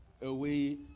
away